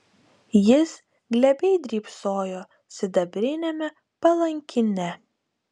jis glebiai drybsojo sidabriniame palankine